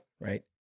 Right